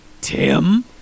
Tim